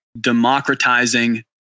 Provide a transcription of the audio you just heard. Democratizing